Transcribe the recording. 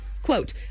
Quote